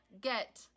Get